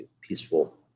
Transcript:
peaceful